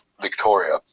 Victoria